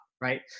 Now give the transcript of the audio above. right